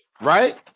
right